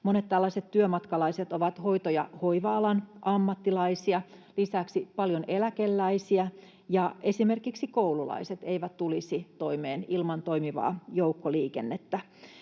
työmatkalaiset ovat hoito- ja hoiva-alan ammattilaisia, lisäksi on paljon eläkeläisiä, ja esimerkiksi koululaiset eivät tulisi toimeen ilman toimivaa joukkoliikennettä,